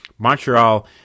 Montreal